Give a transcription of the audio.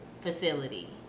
facility